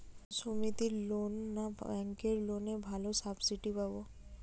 সমিতির লোন না ব্যাঙ্কের লোনে ভালো সাবসিডি পাব?